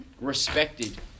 respected